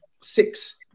six